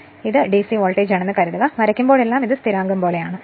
അതിനാൽ ഇത് DC voltage ആണെന്ന് കരുതുക വരയ്ക്കുമ്പോഴെല്ലാം ഇത് ഈ സ്ഥിരാങ്കം പോലെയാണ്